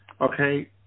okay